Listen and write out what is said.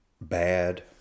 bad